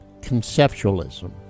conceptualism